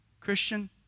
Christian